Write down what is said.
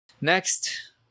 Next